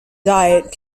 diet